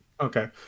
Okay